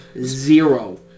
Zero